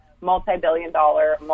multi-billion-dollar